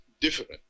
different